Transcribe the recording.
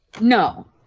No